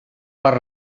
per